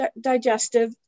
digestive